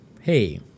hey